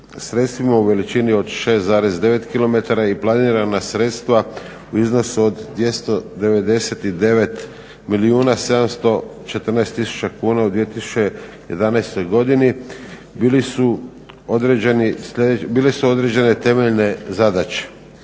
u veličini od 6,9 km i planirana sredstva u iznosu od 299 milijuna 714 tisuća kuna u 2011. godini. Bile su određene temeljne zadaće